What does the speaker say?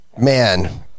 Man